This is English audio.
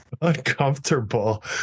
uncomfortable